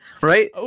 right